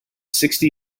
sixty